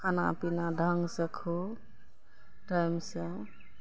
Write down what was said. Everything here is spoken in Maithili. खाना पीना ढंग से खो टाइम से